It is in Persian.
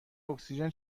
اکسیژن